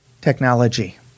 technology